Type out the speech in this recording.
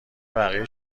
بقیه